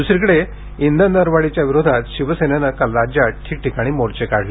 द्सरीकडे इंधन दरवाढीच्या विरोधात शिवसेनेनं काल राज्यात ठिकठिकाणी मोर्चे काढले